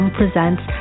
presents